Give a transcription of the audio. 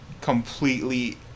completely